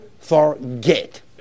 forget